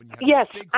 Yes